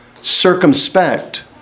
circumspect